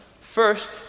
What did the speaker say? first